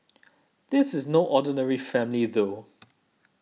this is no ordinary family though